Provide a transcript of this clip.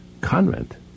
Convent